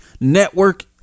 network